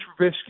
Trubisky